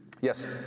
yes